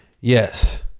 yes